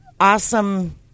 awesome